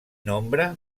nombre